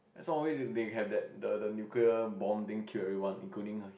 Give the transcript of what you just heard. that's all they they had that the the nuclear bomb thing killed everything including her